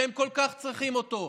שהם כל כך צריכים אותו.